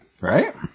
right